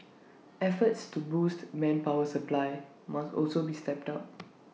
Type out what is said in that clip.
efforts to boost manpower supply must also be stepped up